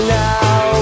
now